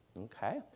okay